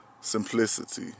simplicity